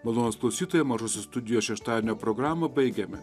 malonūs klausytojai mažosios studijos šeštadienio programą baigiame